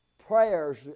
prayers